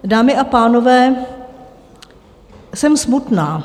Dámy a pánové, jsem smutná.